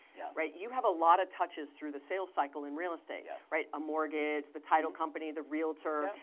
right? you have a lot of touches through the sales cycle in real estate. yes. right, a mortgage, the title company, the realtor